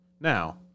Now